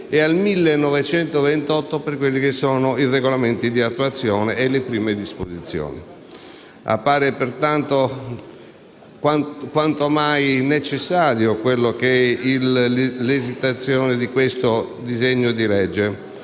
e al 1928, per quelli che sono i regolamenti di attuazione e le prime disposizioni. Appare, pertanto, quanto mai necessaria l'esitazione di questo disegno di legge